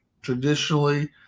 traditionally